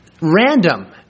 random